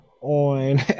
on